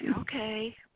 okay